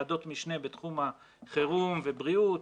ועדות משנה בתחום החירום ובריאות,